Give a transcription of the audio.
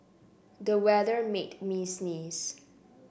the weather made me sneeze